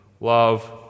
love